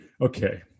okay